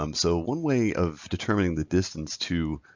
um so one way of determining the distance to